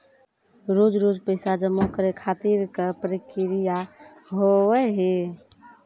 रोज रोज पैसा जमा करे खातिर का प्रक्रिया होव हेय?